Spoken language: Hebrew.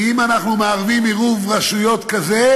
כי אם אנחנו מערבים עירוב רשויות כזה,